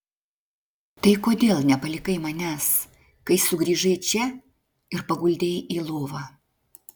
tai kodėl nepalikai manęs kai sugrįžai čia ir paguldei į lovą